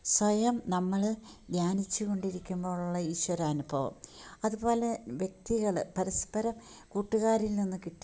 സ്വയം നമ്മൾ ധ്യാനിച്ച് കൊണ്ടിരിക്കുമ്പോഴുള്ള ഈശ്വരാനുഭവം അതുപോലെ വ്യക്തികൾ പരസ്പരം കൂട്ടുകാരിൽ നിന്ന് കിട്ടിയ